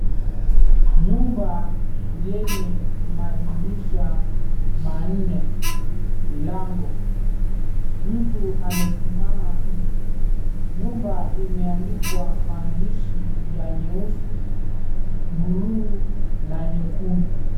Nyumba yenye madirisha manne, milango. Mtu amesimama nje. Nyumba imeandikwa maandishi ya nyeusi, buluu na nyekundu.